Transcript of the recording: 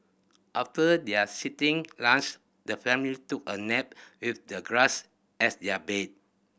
after their lunch the family took a nap with the grass as their bed